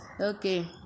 okay